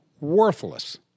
worthless